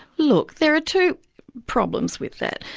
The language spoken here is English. look, there are two problems with that.